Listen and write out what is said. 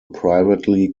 privately